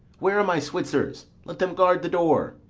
where are my switzers? let them guard the door.